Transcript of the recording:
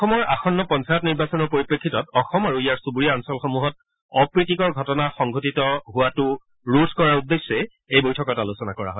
অসমৰ আসন্ন পঞ্চায়ত নিৰ্বাচনৰ পৰিপ্ৰেক্ষিত অসম আৰু ইয়াৰ চুবুৰীয়া অঞ্চলসমূহত অপ্ৰীতিকৰ ঘটনা সংঘটিত ৰোধ কৰাৰ উদ্দেশ্যে এই বৈঠকত আলোচনা কৰা হয়